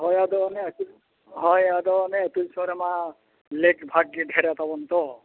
ᱦᱳᱭ ᱟᱫᱚ ᱚᱱᱮ ᱦᱳᱭ ᱟᱫᱚ ᱚᱱᱮ ᱟᱹᱛᱩ ᱫᱤᱥᱚᱢ ᱨᱮᱢᱟ ᱞᱮᱠ ᱵᱷᱟᱜᱽ ᱜᱮ ᱰᱷᱮᱨᱟ ᱛᱟᱵᱚᱱ ᱛᱚ